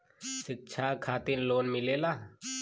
शिक्षा खातिन लोन मिलेला?